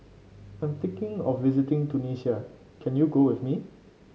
I'm thinking of visiting Tunisia can you go with me